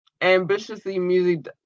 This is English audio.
Ambitiouslymusic